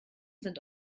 sind